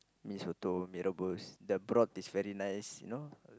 mee-soto mee-rebus the broth is very nice you know